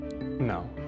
No